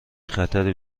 خطری